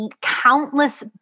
countless